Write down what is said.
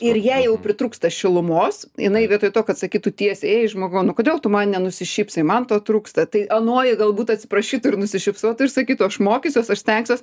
ir jai jau pritrūksta šilumos jinai vietoj to kad sakytų tiesiai ei žmogau nu kodėl tu man nenusišypsai man to trūksta tai anoji galbūt atsiprašytų ir nusišypsotų ir sakytų aš mokysiuos aš stengsiuos